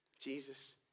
Jesus